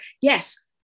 yes